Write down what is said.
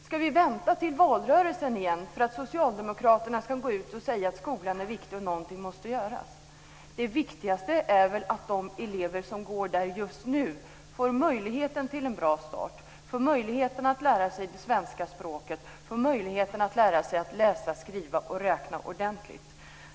Ska vi vänta till valrörelsen igen för att Socialdemokraterna ska gå ut och säga att skolan är viktig och att någonting måste göras? Det viktigaste är väl att de elever som går där just nu får möjligheten till en bra start, får möjligheten att lära sig det svenska språket, får möjligheten att lära sig läsa, skriva och räkna ordentligt.